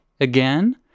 again